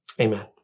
amen